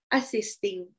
assisting